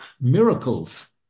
miracles